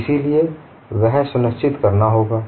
इसलिए वह सुनिश्चित करना होगा